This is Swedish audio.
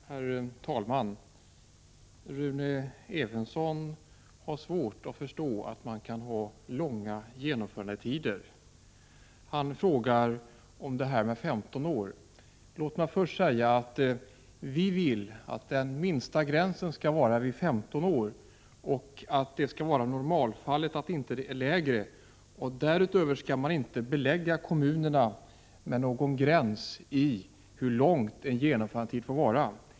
Herr talman! Rune Evensson har svårt att förstå att det kan behövas långa genomförandetider, och han frågar om förslaget om 15 år. Låt mig först säga att folkpartiet vill att gränsen i normalfallet skall vara minst 15 år. Därutöver skall kommunerna inte belastas med någon regel om hur lång genomförandetiden får vara.